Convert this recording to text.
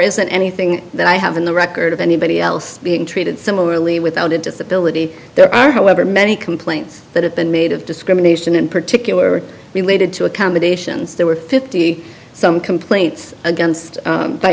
isn't anything that i have in the record of anybody else being treated similarly with out into the billet there are however many complaints that have been made of discrimination in particular related to accommodations there were fifty some complaints against